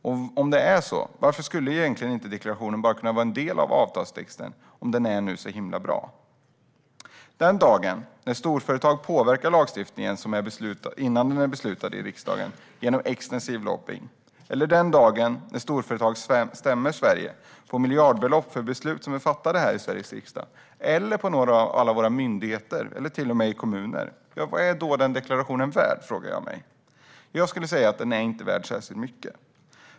Och om den nu är så himla bra, varför skulle deklarationen då inte bara kunna vara en del av avtalstexten? Vad är denna deklaration värd den dag storföretag genom extensiv lobbying påverkar lagstiftningen innan den har beslutats i riksdagen? Vad är den värd den dag storföretag stämmer Sverige på miljardbelopp för beslut som är fattade här i Sveriges riksdag, eller beslut som fattats av våra myndigheter eller i någon av våra kommuner? Jag skulle säga att den inte är värd särskilt mycket.